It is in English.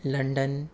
London